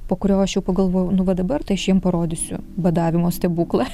po kurio aš jau pagalvojau nu va dabar tai aš jiem parodysiu badavimo stebuklą